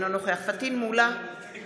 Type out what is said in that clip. אינו נוכח פטין מולא,